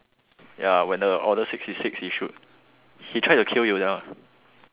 ya when the order sixty six he shoot he tried to kill Yoda